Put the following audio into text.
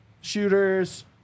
shooters